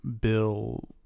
Bill